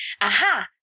aha